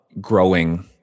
growing